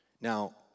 Now